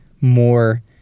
more